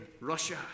Russia